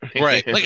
Right